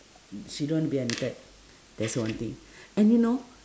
she don't want to be admitted that's one thing and you know